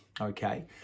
okay